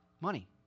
money